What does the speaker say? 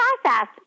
process